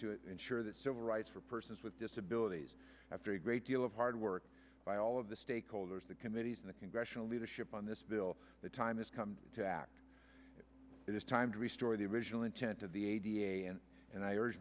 to ensure that civil rights for persons with disabilities after a great deal of hard work by all of the stakeholders the committees in the congressional leadership on this bill the time has come to act it is time to restore the original intent of the a d a s and